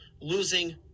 losing